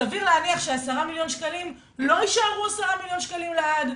סביר להניח ש-10 מיליון שקלים לא יישארו 10 מיליון שקלים לעד.